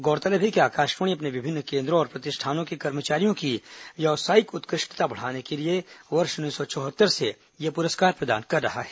गौरतलब है कि आकाशवाणी अपने विभिन्न केन्द्रों और प्रतिष्ठानों के कर्मचारियों की व्यावसायिक उत्कृष्टता बढाने के लिए वर्ष उन्नीस सौ चौहत्तर से यह पुरस्कार प्रदान कर रहा है